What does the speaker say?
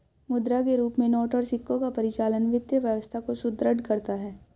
मुद्रा के रूप में नोट और सिक्कों का परिचालन वित्तीय व्यवस्था को सुदृढ़ करता है